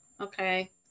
okay